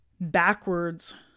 backwards